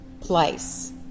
place